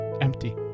empty